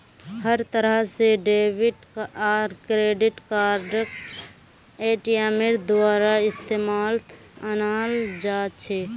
हर तरह से डेबिट आर क्रेडिट कार्डक एटीएमेर द्वारा इस्तेमालत अनाल जा छे